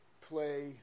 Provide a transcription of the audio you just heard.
play